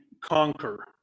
conquer